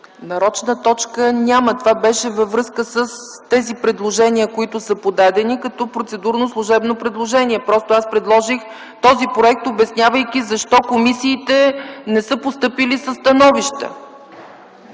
Нарочна точка няма. Това беше във връзка с тези предложения, които са подадени като процедурно, служебно предложение. Аз предложих този проект, обяснявайки защо комисиите не са постъпили със становища.